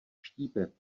štípe